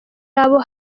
abo